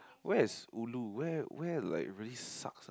where is ulu where where like really suck ah